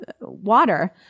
water